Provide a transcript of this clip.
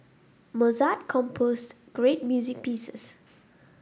Mozart composed great music pieces